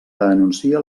anuncia